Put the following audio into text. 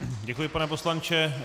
Děkuji, pane poslanče.